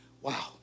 Wow